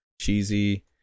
cheesy